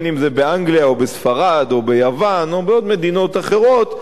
אם באנגליה או בספרד או ביוון או בעוד מדינות אחרות,